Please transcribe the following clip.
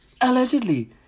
Allegedly